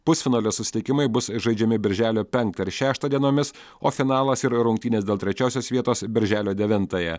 pusfinalio susitikimai bus žaidžiami birželio penktą iš šeštą dienomis o finalas yra rungtynės dėl trečiosios vietos birželio devintąją